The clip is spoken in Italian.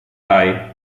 hai